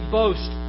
boast